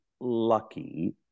lucky